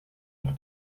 eux